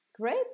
great